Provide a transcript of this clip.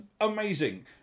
amazing